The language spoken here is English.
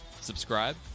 subscribe